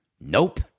Nope